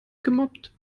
gemobbt